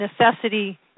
necessity